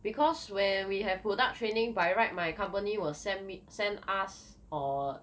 because where we have product training by right my company will send me send us or